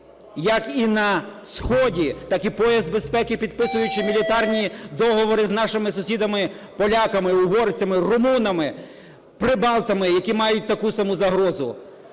як і на сході, так і пояс безпеки, підписуючи мілітарні договори з нашими сусідами поляками, угорцями, румунами, прибалтами, які мають таку саму загрозу.